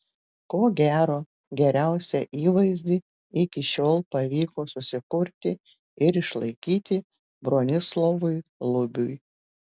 ko gero geriausią įvaizdį iki šiol pavyko susikurti ir išlaikyti bronislovui lubiui